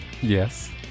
Yes